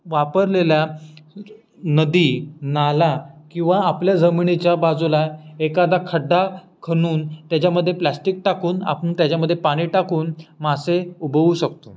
वापरलेल्या नदी नाला किंवा आपल्या जमिनीच्या बाजूला एखादा खड्डा खणून त्याच्यामध्ये प्लॅस्टिक टाकून आपण त्याच्यामध्ये पाणी टाकून मासे उबवू शकतो